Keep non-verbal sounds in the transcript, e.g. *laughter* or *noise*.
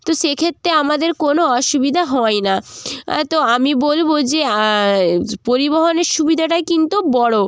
তো সেক্ষেত্রে আমাদের কোনো অসুবিধা হয় না তো আমি বলব যে *unintelligible* পরিবহণের সুবিধাটা কিন্তু বড়